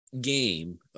game